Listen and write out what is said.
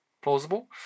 plausible